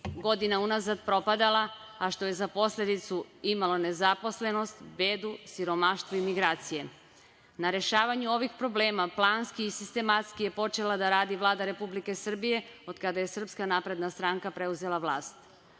godina unazad propadala, a što je za posledicu imalo nezaposlenost, bedu, siromaštvo i migracije. Na rešavanju ovih problema planski i sistematski je počela da radi Vlada Republike Srbije od kada je SNS preuzela vlast.